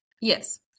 Yes